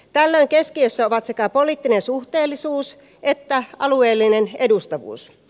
tällöin keskiössä ovat sekä poliittinen suhteellisuus että alueellinen edustavuus